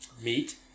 meat